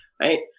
right